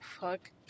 Fuck